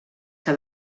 que